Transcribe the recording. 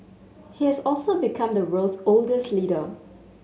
he has also become the world's oldest leader